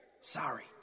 Sorry